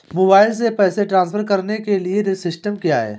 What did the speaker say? Mobile से पैसे transfer करने के लिए सिस्टम क्या है?